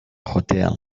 hotel